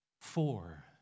Four